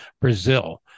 brazil